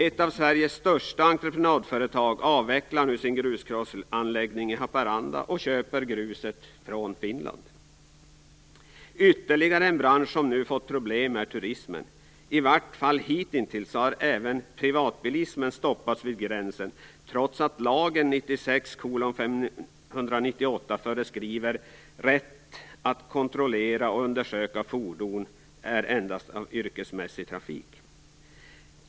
Ett av Sveriges största entreprenadföretag avvecklar nu sin gruskrossanläggning i Haparanda och köper gruset från Finland. Ytterligare en bransch som nu fått problem är turismen. I varje fall hitintills har även privatbilismen stoppats vid gränsen, trots att lagen, 1996:598, föreskriver rätten att kontrollera och undersöka fordon i yrkesmässig trafik.